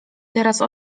teraz